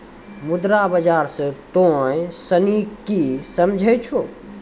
मुद्रा बाजार से तोंय सनि की समझै छौं?